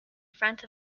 front